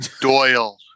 Doyle